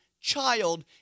child